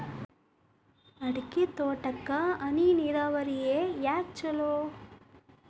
ಅಡಿಕೆ ತೋಟಕ್ಕ ಹನಿ ನೇರಾವರಿಯೇ ಯಾಕ ಛಲೋ?